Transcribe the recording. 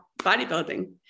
bodybuilding